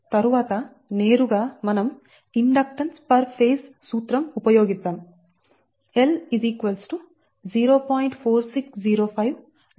తరువాత నేరుగా మనం ఇండక్టెన్స్ పర్ ఫేజ్ సూత్రం ఉపయోగిద్దాం L 0